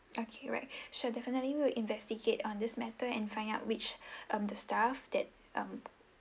okay right sure definitely we will investigate on this matter and find out which um the staff that um